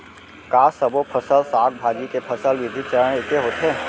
का सबो फसल, साग भाजी के फसल वृद्धि चरण ऐके होथे?